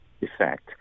effect